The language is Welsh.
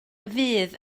fydd